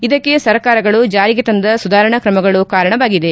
ಇದಕ್ಕೆ ಸರ್ಕಾರಗಳು ಜಾರಿಗೆ ತಂದ ಸುಧಾರಣಾ ಕ್ರಮಗಳು ಕಾರಣವಾಗಿದೆ